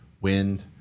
wind